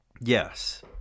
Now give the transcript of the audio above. yes